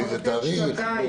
באיזה תאריך ועוד.